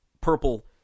purple